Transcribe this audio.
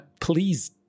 please